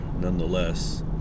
nonetheless